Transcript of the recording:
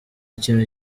kintu